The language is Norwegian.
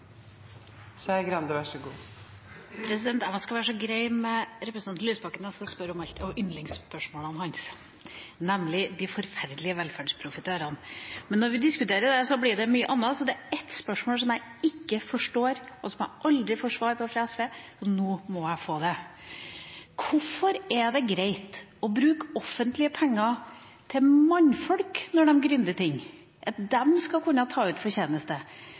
skal stille spørsmål om et av yndlingsspørsmålene hans, nemlig de forferdelige velferdsprofitørene. Men når vi diskuterer det, blir det mye annet. Det er noe jeg ikke forstår, og jeg får aldri svar på det spørsmålet fra SV, og nå må jeg få det. Hvorfor er det greit å bruke offentlige penger til mannfolk når de «gründer» ting, at de skal kunne ta ut